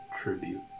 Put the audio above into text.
tribute